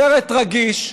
סרט רגיש,